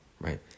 right